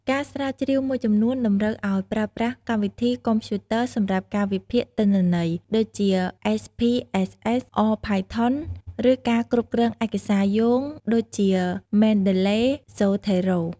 ការស្រាវជ្រាវមួយចំនួនតម្រូវឱ្យប្រើប្រាស់កម្មវិធីកុំព្យូទ័រសម្រាប់ការវិភាគទិន្នន័យ ដូចជា អេសភីអេសអេស (SPSS) អរ (R) ផាយថុន (Python) ឬការគ្រប់គ្រងឯកសារយោងដូចជា មែនដឺឡេ (Mendeley) ស្សូថេរ៉ូ (Zotero)។